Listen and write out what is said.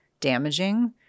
damaging